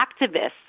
activists